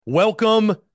Welcome